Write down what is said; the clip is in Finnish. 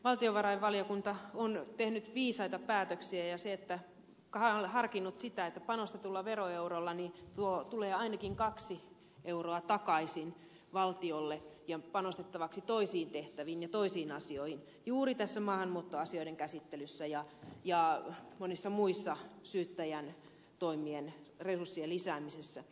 valtiovarainvaliokunta on tehnyt viisaita päätöksiä ja harkinnut sitä että panostetulla veroeurolla tulee ainakin kaksi euroa takaisin valtiolle panostettavaksi toisiin tehtäviin ja toisiin asioihin juuri tässä maahanmuuttoasioiden käsittelyssä ja monissa muissa kuten syyttäjän toimien resurssien lisäämisessä